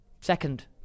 Second